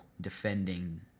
defending